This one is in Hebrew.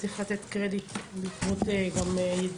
הצעת חוק מגבלות על חזרתו של עבריין מין לסביבת נפגע